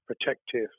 protective